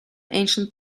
ancient